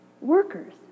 workers